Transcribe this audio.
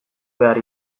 behar